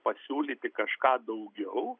pasiūlyti kažką daugiau